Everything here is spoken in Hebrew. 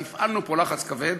אז הפעלנו פה לחץ כבד.